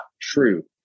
true